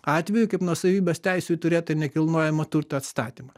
atveju kaip nuosavybės teisių turėtojai į nekilnojamo turto atstatymą